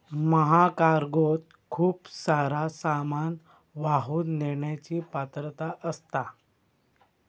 महाकार्गोत खूप सारा सामान वाहून नेण्याची पात्रता असता